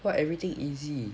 what everything easy